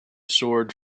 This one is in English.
sword